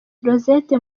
rosette